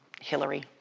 Hillary